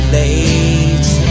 late